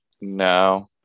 No